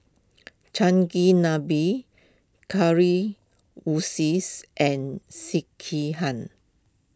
Chigenabe curry woo says and Sekihan